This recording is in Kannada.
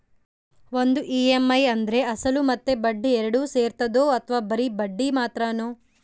ಒಂದು ಇ.ಎಮ್.ಐ ಅಂದ್ರೆ ಅಸಲು ಮತ್ತೆ ಬಡ್ಡಿ ಎರಡು ಸೇರಿರ್ತದೋ ಅಥವಾ ಬರಿ ಬಡ್ಡಿ ಮಾತ್ರನೋ?